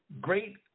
great